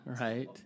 right